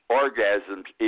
orgasms